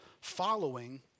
following